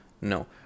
no